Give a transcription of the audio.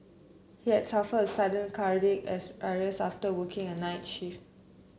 he had suffered a sudden cardiac arrest after working a night shift